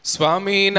Swami